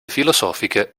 filosofiche